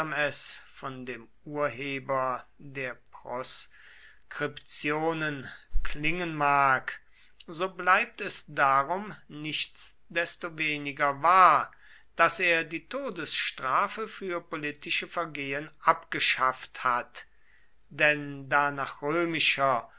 von dem urheber der proskriptionen klingen mag so bleibt es darum nichtsdestoweniger wahr daß er die todesstrafe für politische vergehen abgeschafft hat denn da nach römischer